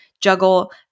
juggle